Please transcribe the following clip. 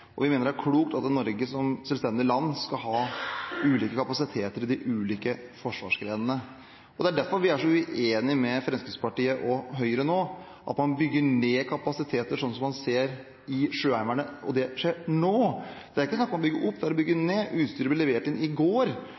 ned. Vi mener det er klokt at Norge som selvstendig land skal ha ulike kapasiteter i de ulike forsvarsgrenene. Det er derfor vi er så uenige med Fremskrittspartiet og Høyre nå. Man bygger ned kapasiteter, sånn som man ser i Sjøheimevernet, og det skjer nå. Det er ikke snakk om å bygge opp, man bygger ned. Utstyret til innsatsstyrken Salamander på Vestlandet ble levert inn i går